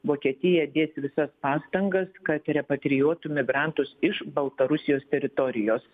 vokietija dės visas pastangas kad repatrijuotų migrantus iš baltarusijos teritorijos